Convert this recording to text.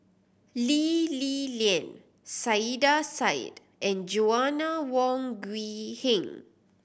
Lee Li Lian Saiedah Said and Joanna Wong Quee Heng